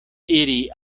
iri